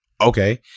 okay